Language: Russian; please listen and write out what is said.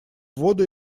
воду